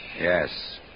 Yes